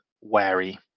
wary